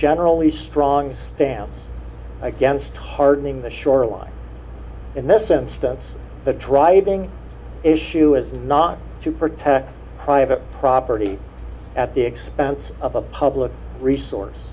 generally strong stance against hardening the shoreline in this instance the driving issue is not to protect private property at the expense of a public resource